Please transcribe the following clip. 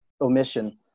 omission